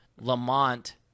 Lamont